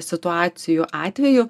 situacijų atveju